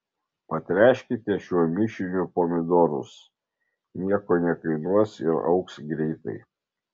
patręškite šiuo mišiniu pomidorus nieko nekainuos ir augs greitai